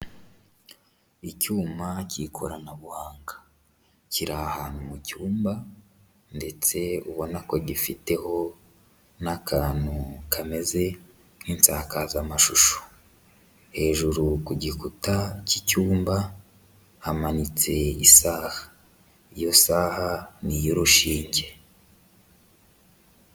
Icyuma cy'ikoranabuhanga kiri ahantu mu cyumba ndetse ubona ko gifiteho n'akantu kameze nk'isakazamashusho, hejuru ku gikuta cy'icyumba hamanitse isaha, iyo saha ni iy'urushinge.